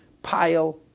pile